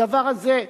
הדבר הזה,